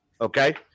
okay